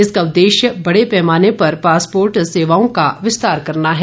इसका उदेश्य बड़े पैमाने पर पासपोर्ट सेवाओं का विस्तार करना है